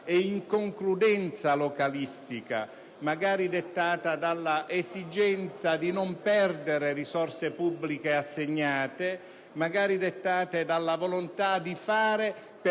e inconcludenza localistica, magari dettata dall'esigenza di non perdere risorse pubbliche assegnate o dalla volontà di fare perché